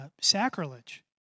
sacrilege